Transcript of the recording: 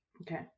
okay